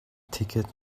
ticket